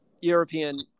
European